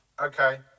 Okay